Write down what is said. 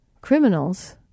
Criminals